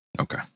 Okay